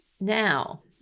now